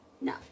no